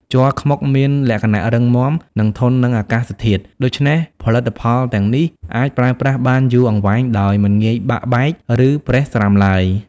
ជ័រខ្មុកមានលក្ខណៈរឹងមាំ និងធន់នឹងអាកាសធាតុ ដូច្នេះ ផលិតផលទាំងនេះអាចប្រើប្រាស់បានយូរអង្វែងដោយមិនងាយបាក់បែក ឬប្រេះស្រាំឡើយ។